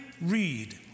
Read